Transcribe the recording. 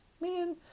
man